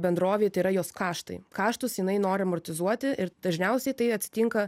bendrovei tai yra jos kaštai kaštus jinai nori amortizuoti ir dažniausiai tai atsitinka